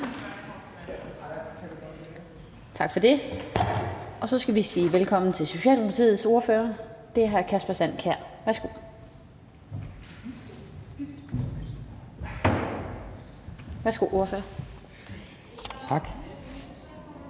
Tak for det. Så skal vi sige velkommen til Socialdemokratiets ordfører. Det er hr. Kasper Sand Kjær. Værsgo Kl. 13:03 (Ordfører)